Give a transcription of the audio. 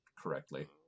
correctly